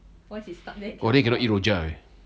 !wah! then you cannot eat rojak eh